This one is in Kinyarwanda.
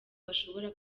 bashobora